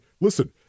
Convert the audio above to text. listen